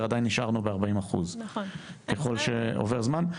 עדיין נשארנו ב-40% ככל שעובר הזמן.